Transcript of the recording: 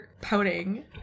pouting